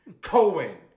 Cohen